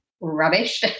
rubbish